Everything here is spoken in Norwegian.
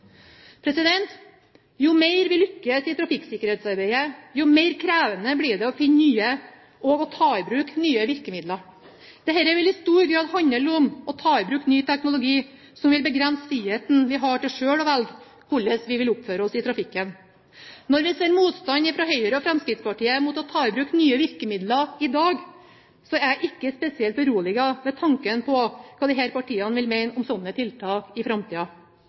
Jo mer vi lykkes i trafikksikkerhetsarbeidet, jo mer krevende blir det å finne nye virkemidler og å ta i bruk nye. Dette vil i stor grad handle om å ta i bruk ny teknologi, som vil begrense friheten vi har til selv å velge hvordan vi vil oppføre oss i trafikken. Når vi ser motstanden fra Høyre og Fremskrittspartiet mot å ta i bruk nye virkemidler i dag, er jeg ikke spesielt beroliget ved tanken på hva disse partiene vil mene om slike tiltak i